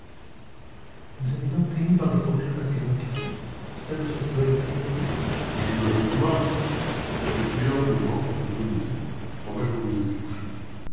vous avez donc fini par découvrir la seconde cachette celle où se trouvait le paquet de lettres j'ai eu assez de mal c'est hier seulement l'après-midi pendant que vous étiez couché